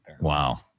Wow